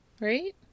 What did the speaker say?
Right